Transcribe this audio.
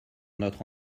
notre